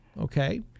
okay